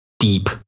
deep